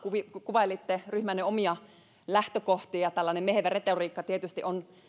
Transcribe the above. kuvailitte ryhmänne omia lähtökohtia tällainen mehevä retoriikka tietysti on